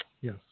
yes